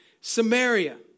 Samaria